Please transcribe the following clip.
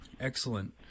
Excellent